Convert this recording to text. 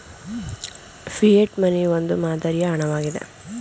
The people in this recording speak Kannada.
ಫಿಯೆಟ್ ಮನಿ ಒಂದು ಮಾದರಿಯ ಹಣ ವಾಗಿದೆ